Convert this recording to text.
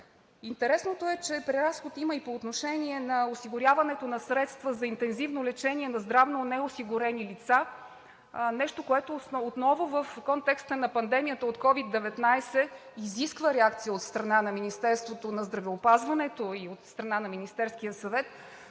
Интересното е, че преразход има и по отношение на осигуряването на средства за интензивно лечение на здравно неосигурени лица – нещо, което в контекста на пандемията от COVID-19 отново изисква реакция от страна на Министерството на здравеопазването и от страна на Министерския съвет,